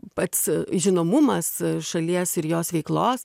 pats žinomumas šalies ir jos veiklos